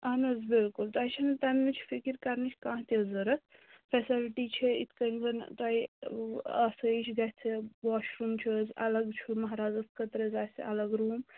اَہن حظ بِلکُل تۄہہِ چھو نہٕ تَمہِ نِچ فَکِر کَرنٕچ کانٛہہ تہِ ضوٚرَتھ فٮ۪سَلٹی چھےٚ یِتھ کَنۍ زَنہٕ توہہِ آسٲیِش گژھِ واش روٗم چھُ حظ اَلگ چھُ مَہرازَس خٲطرٕ حظ آسہِ اَلگ روٗم